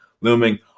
looming